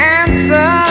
answer